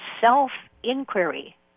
self-inquiry